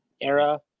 era